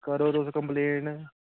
करो तुस कम्पलैन